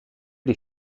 die